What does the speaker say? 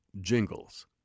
jingles